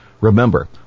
Remember